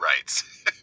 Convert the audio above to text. Rights